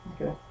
Okay